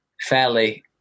fairly